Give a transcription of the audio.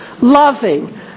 loving